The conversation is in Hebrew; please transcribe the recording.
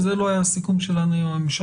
כי זה לא היה הסיכום שלנו עם הממשלה,